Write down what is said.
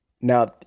now